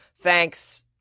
Thanks